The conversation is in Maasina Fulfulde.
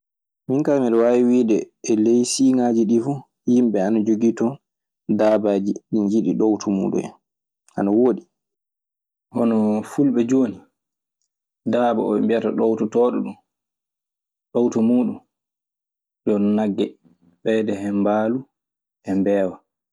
Minka miɗo wawi wiɗe e sigajiɗi fu ,himɓe ana jogi ton dabaji ɗi jiɗi ɗowtu mudu hen ana woɗi. Hono fulɓe jooni, daaba oo ɓe mbiyata ɗowtooɗo ɗun. Ɗowto muuɗun ɗun nagge ɓeyda hen mbaalu e mbeewa.